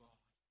God